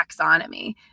taxonomy